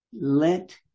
let